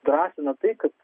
drąsina tai kad